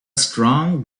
strong